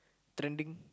trending